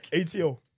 ATO